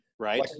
Right